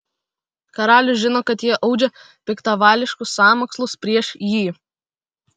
karalius žino kad jie audžia piktavališkus sąmokslus prieš jį